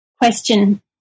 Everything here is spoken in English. question